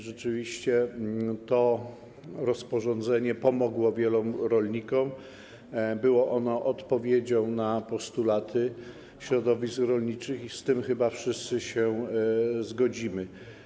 Rzeczywiście to rozporządzenie pomogło wielu rolnikom, było ono odpowiedzią na postulaty środowisk rolniczych i z tym chyba wszyscy się zgodzimy.